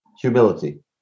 humility